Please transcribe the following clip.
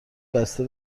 بسته